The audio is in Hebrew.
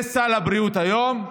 זה סל הבריאות היום,